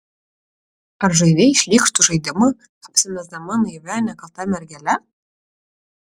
ar žaidei šlykštų žaidimą apsimesdama naivia nekalta mergele